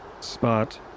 spot